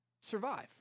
Survive